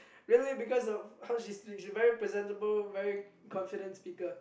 really because of how she speak she's very presentable very confident speaker